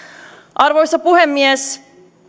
arvoisa puhemies